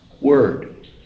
word